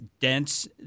dense